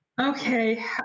Okay